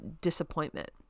disappointment